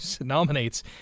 nominates